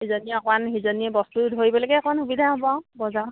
ইজনীয়ে অকমান সিজনীয়ে বস্তু ধৰিবলৈকে অকণ সুবিধা হ'ব আৰু বজাৰৰ